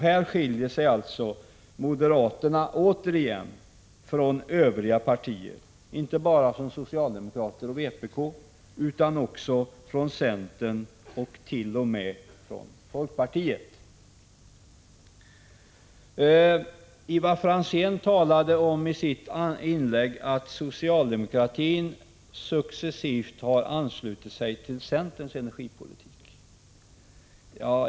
Här skiljer sig alltså återigen moderaterna från övriga partier — inte bara från socialdemokraterna och vpk utan också från centern och t.o.m. från folkpartiet. Ivar Franzén talade i sitt inlägg om att socialdemokratin successivt har anslutit sig till centerns energipolitik.